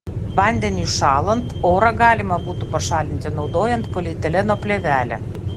vandeniui šąlant orą galima būtų pašalinti naudojant polietileno plėvelę